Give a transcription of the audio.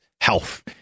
health